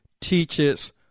teaches